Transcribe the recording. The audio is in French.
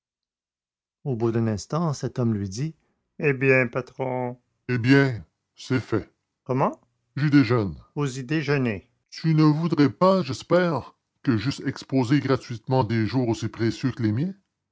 au bout d'un instant cet homme lui dit eh bien patron eh bien c'est fait comment j'y déjeune vous y déjeunez tu ne voudrais pas j'espère que j'eusse exposé gratuitement des jours aussi précieux